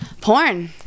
porn